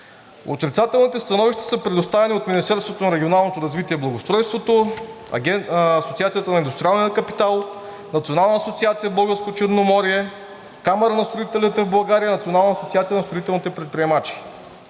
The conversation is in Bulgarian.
Отрицателните становища са предоставени от Министерството на регионалното развитие и благоустройството, Асоциацията на индустриалния капитал, Национална асоциация „Българско Черноморие“, Камара на строителите в България, Национална асоциация на строителните предприемачи.